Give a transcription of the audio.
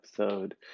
episode